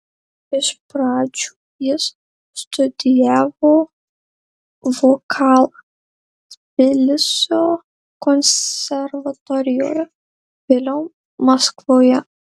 iš pradžių jis studijavo vokalą tbilisio konservatorijoje vėliau maskvoje